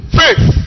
faith